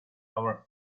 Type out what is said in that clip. over